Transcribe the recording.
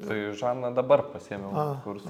tai žana dabar pasiėmiau kursą